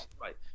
right